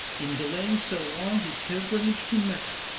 in delaying so long his pilgrimage to mecca.